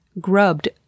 grubbed